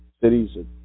cities